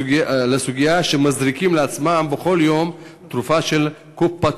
לסוגיה שמזריקים לעצמם בכל יום את התרופה "קופקסון".